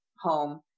home